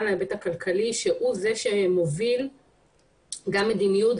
להיבט הכלכלי שהוא זה שמוביל גם מדיניות,